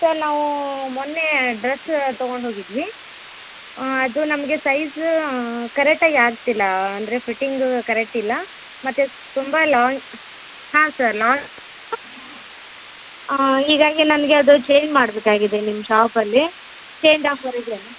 sir ನಾವೂ ಮೊನ್ನೇ dress ತಗೊಂಡು ಹೋಗಿದ್ವಿ ಅದು ನಮಗೆ ಸೈಜ್ ಕರೆಕ್ಟ್ ಆಗಿ ಆಗ್ತಿಲ್ಲಾ ಅಂದರೆ ಫಿಟ್ಟಿಂಗ್ ಕರೆಕ್ಟ್ ಇಲ್ಲ ಮತ್ತು ತುಂಬ ಲಾಂಗ್ ಹಾಂ ಸರ್ ಲಾಂಗ್ ಹೀಗಾಗಿ ನಮಗೆ ಅದು ಚೇಂಜ್ ಮಾಡಬೇಕಾಗಿದೆ ನಿಮ್ಮ ಶಾಪಲ್ಲಿ ಚೇಂಜ್ ಆಫರ್ ಇದೆ ಅಲ್ವ